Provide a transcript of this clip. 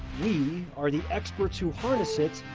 we are the expert to forty six.